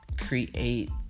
create